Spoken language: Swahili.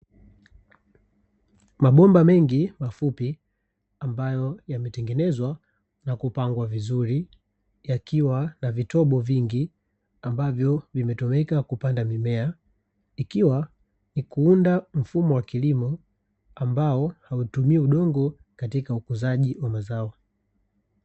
Mabomba mengi mafupi, ambayo yametengenezwa na kupangwa vizuri, yakiwa na vitobo vingi ambavyo vimetumika kupanga mimea. Ikiwa ni kuunda mfumo wa kilimo ambao hautumii udongo katika ukuzaji wa mazao.